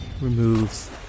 removes